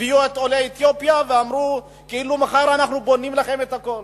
הביאו את עולי אתיופיה והציגו כאילו מחר בונים להם את הכול,